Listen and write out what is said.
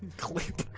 clip.